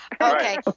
okay